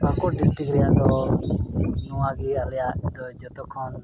ᱯᱟᱠᱩᱲ district ᱨᱮᱭᱟᱜ ᱫᱚ ᱱᱚᱣᱟᱜᱮ ᱟᱞᱮᱭᱟᱜ ᱫᱚ ᱡᱚᱛᱚ ᱠᱷᱚᱱ